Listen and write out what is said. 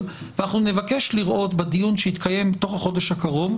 ואנחנו נבקש לראות בדיון שיתקיים בתוך החודש הקרוב,